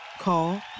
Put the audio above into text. Call